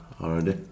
already